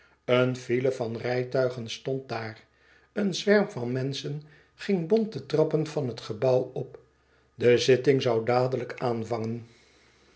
een file van rijtuigen stond daar een zwerm van menschen ging bont de trappen van het gebouw op de zitting zoû dadelijk aanvangen